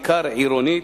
בעיקר עירונית,